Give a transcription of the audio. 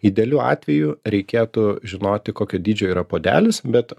idealiu atveju reikėtų žinoti kokio dydžio yra puodelis bet